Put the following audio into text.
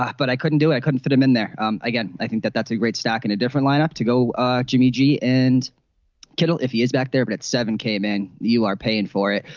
but i couldn't do it i couldn't fit him in there again i think that that's a great stock in a different lineup to go jimmy g and kill if he is back there but at seven came in. you are paying for it.